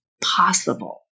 possible